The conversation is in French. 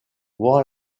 voir